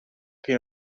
che